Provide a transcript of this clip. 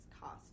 cost